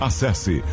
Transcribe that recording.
Acesse